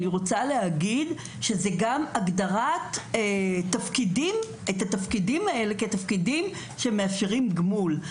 אני רוצה להגיד שזאת גם הגדרה של התפקידים האלה כתפקידים שמאפשרים גמול.